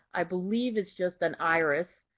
i believe it's just an iris,